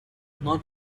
not